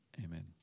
Amen